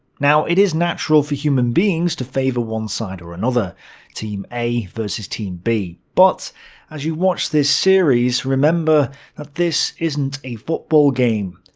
now it is natural for human beings to favour one side or another team a vs team b but as you watch this series, remember but this isn't a football game.